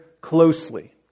closely